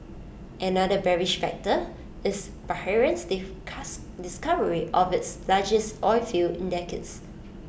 another bearish factor is Bahrain's discovery of its largest oilfield in decades